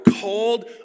called